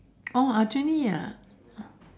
oh Aljunied ah